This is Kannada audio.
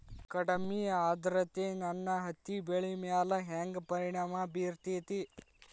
ಕಡಮಿ ಆದ್ರತೆ ನನ್ನ ಹತ್ತಿ ಬೆಳಿ ಮ್ಯಾಲ್ ಹೆಂಗ್ ಪರಿಣಾಮ ಬಿರತೇತಿ?